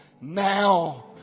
Now